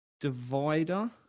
divider